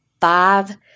five